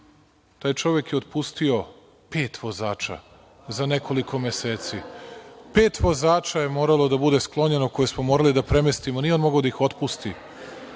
taj čovek je otpustio pet vozača za nekoliko meseci. Pet vozača je moralo da bude sklonjeno, koje smo morali da premestimo, nije on mogao da ih otpusti.